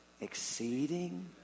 exceeding